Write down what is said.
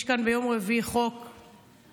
יש כאן ביום רביעי חוק שיעלה,